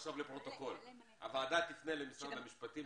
עכשיו אני אומר לפרוטוקול שהוועדה תפנה למשרד המשפטים,